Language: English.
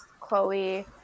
Chloe